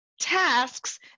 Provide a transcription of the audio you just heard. tasks